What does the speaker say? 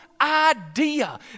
idea